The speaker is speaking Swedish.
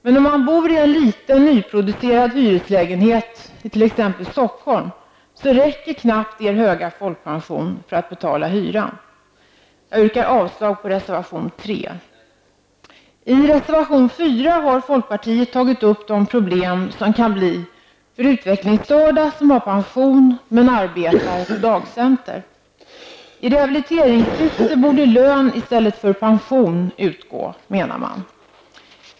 Men om man bor i en liten nyproducerad hyreslägenhet i t.ex. Stockholm, räcker knappt er höga folkpension för att betala hyran. Jag yrkar avslag på reservation 3. I reservation 4 har folkpartiet tagit upp de problem som kan uppstå för utvecklingsstörda som har pension men som arbetar på dagcenter. I rehabiliteringssyfte borde lön i stället för pension utgå, menar man.